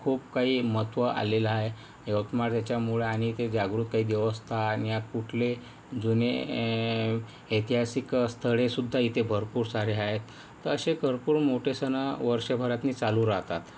खूप काही महत्त्व आलेला आहे यवतमाळ ह्याच्यामुळं आणि काही जागरूक काही देवस्थाने कुठले जुने ऐतिहासिक स्थळेसुद्धा इथे भरपूर सारे आहेत असे भरपूर मोठे सण वर्षभरातनी चालू राहतात